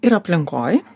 ir aplinkoj